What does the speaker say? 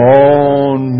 on